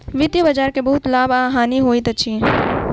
वित्तीय बजार के बहुत लाभ आ हानि होइत अछि